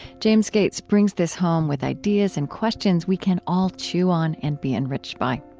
james gates brings this home with ideas and questions we can all chew on and be enriched by.